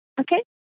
okay